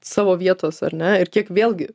savo vietos ar ne ir kiek vėlgi